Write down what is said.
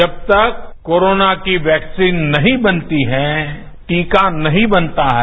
जब तक कोरोना की वैक्सीन नहीं बनती है टीका नहीं बनता है